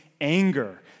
anger